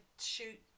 shoot